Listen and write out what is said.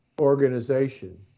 organization